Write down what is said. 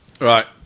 Right